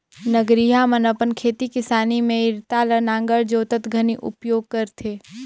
नगरिहा मन अपन खेती किसानी मे इरता ल नांगर जोतत घनी उपियोग करथे